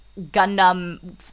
Gundam